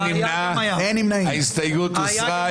ההסתייגות הוסרה.